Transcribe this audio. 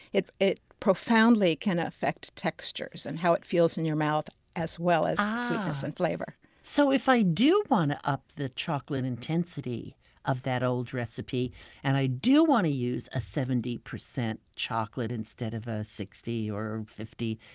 it it profoundly can affect textures and how it feels in your mouth as well as sweetness and flavor so if i do want to up the chocolate intensity of that old recipe and i do want to use a seventy percent chocolate instead of a sixty or fifty